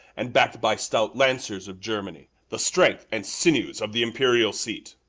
and back'd by stout lanciers of germany, the strength and sinews of the imperial seat.